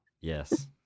Yes